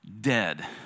dead